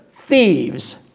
thieves